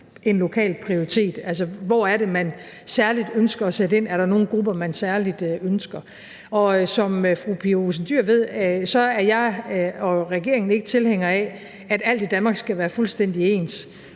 en lokal prioritet. Altså, hvor er det man særligt ønsker at sætte ind? Er der nogen grupper, man særligt ønsker at sætte ind over for? Og som fru Pia Olesen Dyhr ved, er regeringen og jeg ikke tilhængere af, at alt i Danmark skal være fuldstændig ens,